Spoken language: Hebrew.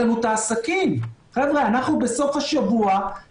חבר הכנסת מיקי לוי,